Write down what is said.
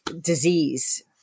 disease